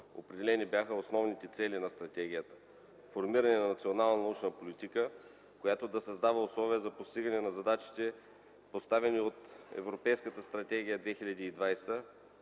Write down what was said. Определени бяха основните цели на стратегията: формиране на национална научна политика, която да създава условия за постигане на задачите, поставени от Европейска стратегия 2020;